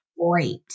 great